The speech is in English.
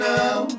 now